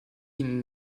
ihnen